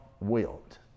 wilt